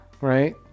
right